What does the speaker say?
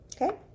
Okay